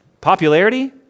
popularity